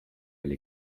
oli